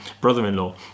brother-in-law